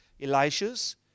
elisha's